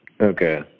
Okay